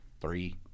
three